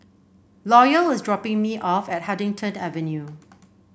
Loyal is dropping me off at Huddington Avenue